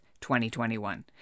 2021